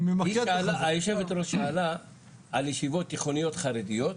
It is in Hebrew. היושבת ראש שאלה על ישיבות תיכוניות חרדיות,